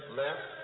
left